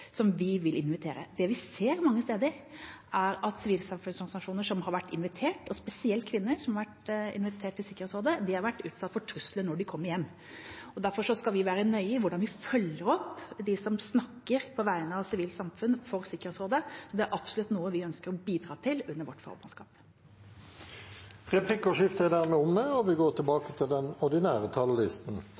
at sivilsamfunnsorganisasjoner som har vært invitert, og spesielt kvinner som har vært invitert til Sikkerhetsrådet, har vært utsatt for trusler når de kommer hjem. Derfor skal vi være nøye på hvordan vi følger opp dem som snakker på vegne av sivilt samfunn for Sikkerhetsrådet. Det er absolutt noe vi ønsker å bidra til under vårt formannskap. Replikkordskiftet er dermed omme. Først vil jeg takke utenriksministeren for at hun kommer til